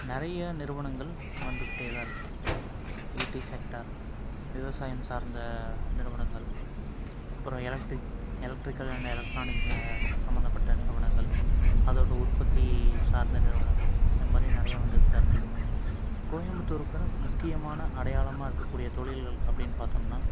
நிறைய நிறுவனங்கள் வந்துக்கிட்டே தான் இருக்குது ஐடி செக்டார் விவசாயம் சார்ந்த நிறுவனங்கள் அப்புறம் எலெக்ட்ரிக் எலெக்ரிக்கல் அண்ட் எலெக்ட்ரானிக் சம்மந்தப்பட்ட நிறுவனங்கள் அதோடய உற்பத்தி சார்ந்த நிறுவனங்கள் இந்தமாதிரி நிறைய வந்துக்கிட்டு தான் இருக்குது கோயம்புத்தூருக்குன்னு முக்கியமான அடையாளமாக இருக்கக்கூடிய தொழில்கள் அப்படின்னு பாத்தோம்னா